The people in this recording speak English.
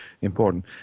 important